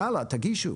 יאללה, תגישו.